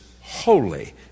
holy